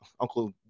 uncle